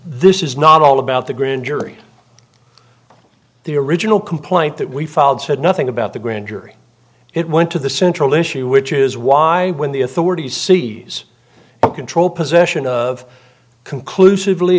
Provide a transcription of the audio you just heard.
this is not all about the grand jury the original complaint that we filed said nothing about the grand jury it went to the central issue which is why when the authorities seize control possession of conclusively